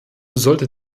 sollte